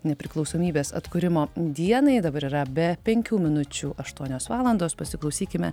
nepriklausomybės atkūrimo dienai dabar yra be penkių minučių aštuonios valandos pasiklausykime